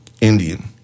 Indian